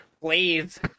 Please